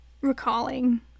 recalling